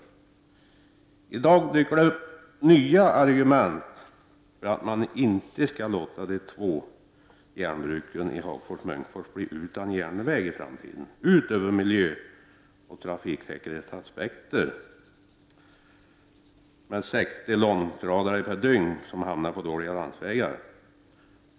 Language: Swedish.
Det har i dag dykt upp nya argument — utöver miljöoch trafiksäkerhetsaspekten att ca 60 långtradare per dygn hamnar på dåliga landsvägar — för att man inte skall låta de två järnbruken i Hagfors och Munkfors bli utan järnväg i framtiden.